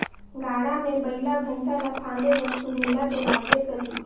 गाड़ा मे बइला भइसा ल फादे बर सुमेला दो लागबे करही